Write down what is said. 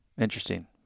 Interesting